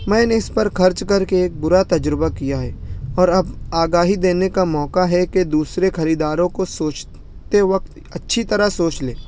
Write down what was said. میں نے اس پر خرچ کر کے ایک برا تجربہ کیا ہے اور اب آگاہی دینے کا موقع ہے کہ دوسرے خریداروں کو سوچتے وقت اچھی طرح سوچ لیں